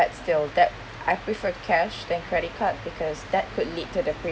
but still that I prefer cash than credit card because that could lead to the